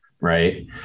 right